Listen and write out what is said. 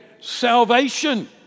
Salvation